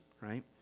right